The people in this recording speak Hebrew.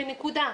נקודה,